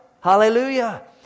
Hallelujah